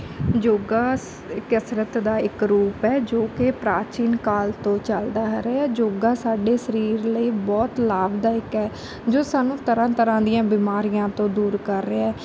ਯੋਗਾ ਸ ਕਸਰਤ ਦਾ ਇੱਕ ਰੂਪ ਹੈ ਜੋ ਕਿ ਪ੍ਰਾਚੀਨ ਕਾਲ ਤੋਂ ਚੱਲਦਾ ਆ ਰਿਹਾ ਯੋਗਾ ਸਾਡੇ ਸਰੀਰ ਲਈ ਬਹੁਤ ਲਾਭਦਾਇਕ ਹੈ ਜੋ ਸਾਨੂੰ ਤਰ੍ਹਾਂ ਤਰ੍ਹਾਂ ਦੀਆਂ ਬਿਮਾਰੀਆਂ ਤੋਂ ਦੂਰ ਕਰ ਰਿਹਾ